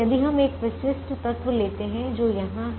यदि हम एक विशिष्ट तत्व लेते हैं जो यहां है